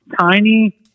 tiny